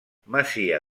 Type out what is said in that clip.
masia